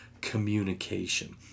communication